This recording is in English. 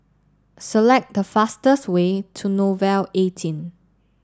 select the fastest way to Nouvel eighteen